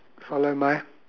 follow my